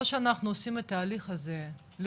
או שאנחנו עושים את ההליך הזה לכולם,